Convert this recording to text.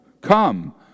come